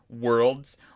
worlds